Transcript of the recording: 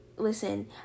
Listen